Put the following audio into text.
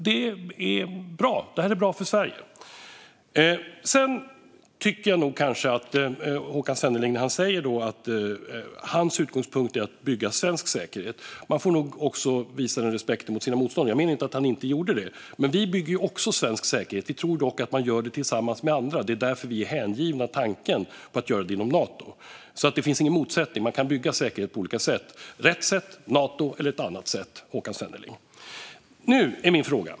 Det är bra, och det är bra för Sverige. Håkan Svenneling säger att hans utgångspunkt är att bygga svensk säkerhet. Men han får nog visa den respekten också mot sina motståndare. Jag menar inte att han inte gjorde det. Men vi bygger också svensk säkerhet. Vi tror dock att man gör det tillsammans med andra. Det är därför vi är hängivna tanken att göra det inom Nato. Det finns ingen motsättning. Man kan bygga säkerhet på olika sätt. Det kan vara rätt sätt med Nato, eller ett annat sätt, Håkan Svenneling. Nu har jag en fråga.